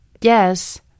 Yes